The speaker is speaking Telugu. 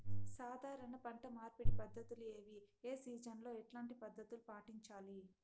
సాధారణ పంట మార్పిడి పద్ధతులు ఏవి? ఏ సీజన్ లో ఎట్లాంటి పద్ధతులు పాటించాలి?